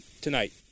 tonight